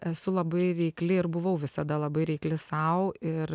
esu labai reikli ir buvau visada labai reikli sau ir